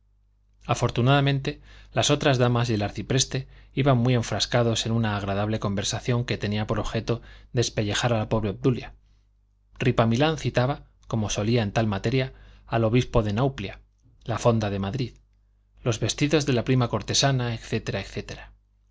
afortunadamente las otras damas y el arcipreste iban muy enfrascados en una agradable conversación que tenía por objeto despellejar a la pobre obdulia ripamilán citaba como solía en tal materia al obispo de nauplia la fonda de madrid los vestidos de la prima cortesana